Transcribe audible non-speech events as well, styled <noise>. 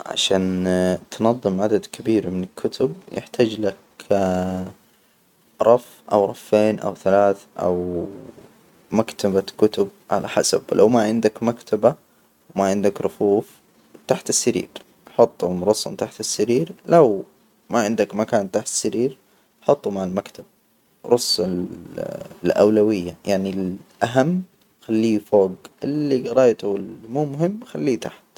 عشان تنظم عدد كبير من الكتب، يحتاج لك <hesitation> رف أو رفين أو ثلاث أو مكتبة كتب على حسب لو ما عندك مكتبة، وما عندك رفوف تحت السرير حطهم رسهم تحت السرير، لو ما عندك مكان تحت السرير حطهم مع المكتب، رص ال- الأولوية يعني الأهم خليه فوج اللي جريته ومو مهم، خليه تحت.